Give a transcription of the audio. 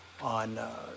on